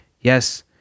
Yes